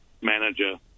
manager